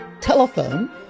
telephone